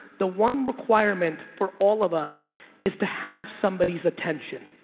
the one requirement for all of us is to have somebody's attention.